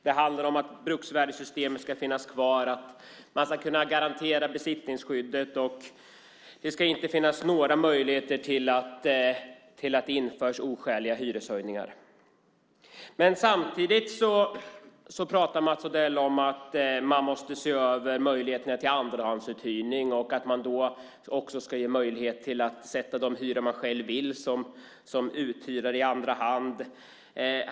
Det handlar om att bruksvärdessystemet ska finnas kvar, att besittningsskyddet ska kunna garanteras och att det inte ska finnas några möjligheter att införa oskäliga hyreshöjningar. Samtidigt säger Mats Odell att man måste se över möjligheterna till andrahandsuthyrning och att uthyrarna då ska ges möjlighet att sätta de hyror som de själva vill vid uthyrning i andra hand.